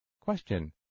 Question